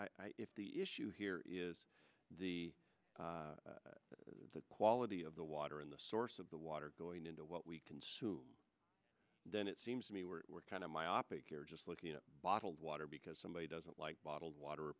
the issue here is the quality of the water in the source of the water going into what we consume then it seems to me where we're kind of myopic you're just looking at bottled water because somebody doesn't like bottled water